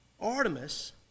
Artemis